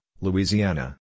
Louisiana